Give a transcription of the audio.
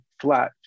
flat